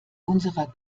unserer